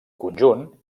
conjunt